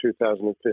2015